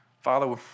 Father